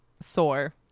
sore